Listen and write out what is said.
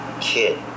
kid